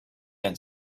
and